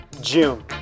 June